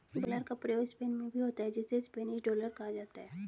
dollar का प्रयोग Spain में भी होता है जिसे स्पेनिश डॉलर कहा जाता है